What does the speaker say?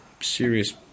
serious